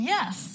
Yes